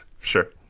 sure